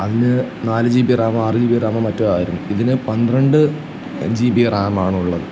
അതിന് നാല് G B റാമോ ആറ് ജി ബി റാമോ മറ്റോ ആയിരുന്നു ഇതിന് പന്ത്രണ്ട് ജി ബി റാമാണുള്ളത്